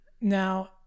Now